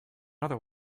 other